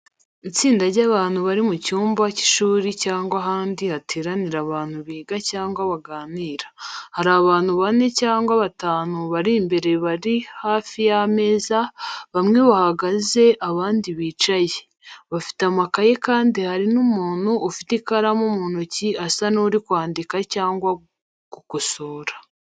Itsinda ry’abantu bari mu cyumba cy’ishuri cyangwa ahandi hateranira abantu biga cyangwa baganira. Hari abantu bane cyangwa batanu bari imbere bari hafi y’ameza, bamwe bahagaze abandi bicaye. Bafite amakaye kandi hari n’umuntu ufite ikaramu mu ntoki asa n’uri kwandika cyangwa gukosora.